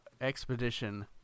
expedition